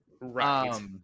Right